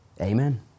Amen